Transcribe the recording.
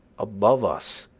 above us,